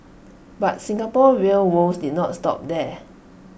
but Singapore's rail woes did not stop there